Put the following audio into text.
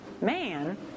man